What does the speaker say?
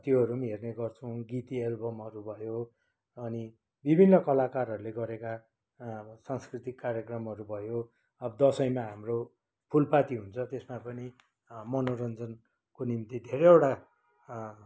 त्योहरू पनि हेर्ने गर्छौँ गीति एल्बमहरू भयो अनि विभिन्न कलाकारहरूले गरेका सांस्कृतिक कार्यक्रमहरू भयो अब दसैँमा हाम्रो फुलपाती हुन्छ त्यसमा पनि मनोरन्जनको निम्ति धेरैवटा